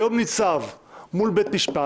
הבית הזה היום ניצב מול בית משפט,